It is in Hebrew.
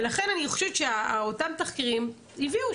ולכן אני חושבת שאותם תחקירים הביאו,